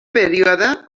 període